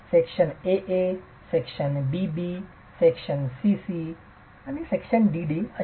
A A B B C C D D